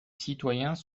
citoyens